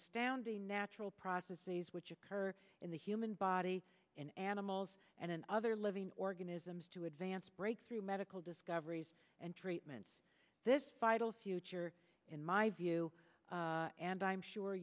astounding natural processes which occur in the human body in animals and in other living organisms to advance breakthrough medical discoveries and treatments this vital future in my view and i'm sure